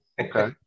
okay